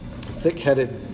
thick-headed